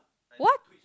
what